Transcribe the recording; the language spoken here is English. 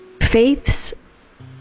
faiths